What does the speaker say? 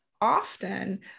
often